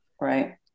Right